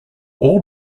all